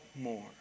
more